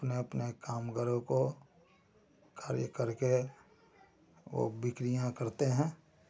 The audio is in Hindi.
उन्हें अपने कामगारों को खड़ी कर के वे बिक्रियाँ करते हैं